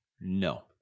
no